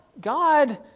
God